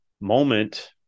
moment